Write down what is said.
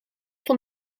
van